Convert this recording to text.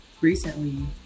recently